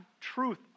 truth